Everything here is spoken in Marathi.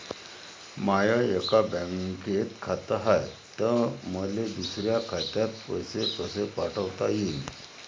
माय एका बँकेत खात हाय, त मले दुसऱ्या खात्यात पैसे कसे पाठवता येईन?